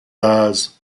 eyes